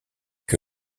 que